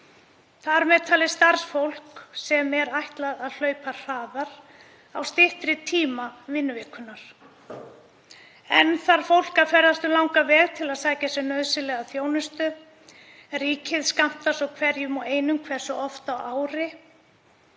þar með talið starfsfólk sem er ætlað að hlaupa hraðar á styttri tíma vinnuvikunnar. Enn þarf fólk að ferðast um langan veg til að sækja sér nauðsynlega þjónustu. Ríkið skammtar svo hverjum og einum hversu oft á ári.